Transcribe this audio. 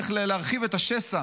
איך להרחיב את השסע.